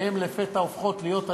שהן לפתע הופכות להיות השאירים,